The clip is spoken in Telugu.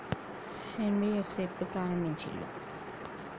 ఎన్.బి.ఎఫ్.సి ఎప్పుడు ప్రారంభించిల్లు?